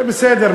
זה בסדר,